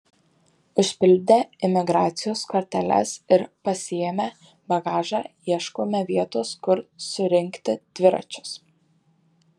užpildę imigracijos korteles ir pasiėmę bagažą ieškome vietos kur surinkti dviračius